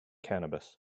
cannabis